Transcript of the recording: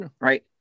Right